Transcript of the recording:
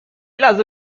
لحظه